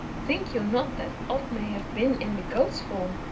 think you not that odd may have been in the goat's form?